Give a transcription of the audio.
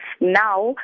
now